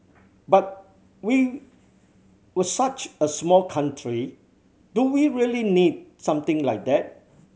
but we were such a small country do we really need something like that